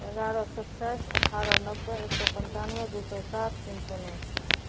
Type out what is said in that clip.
एगारह सत्ताइस अठारह नब्बे एक सओ पनचानवे दुइ सओ सात तीन सओ नओ